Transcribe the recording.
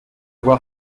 voir